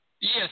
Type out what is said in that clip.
Yes